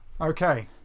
Okay